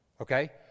Okay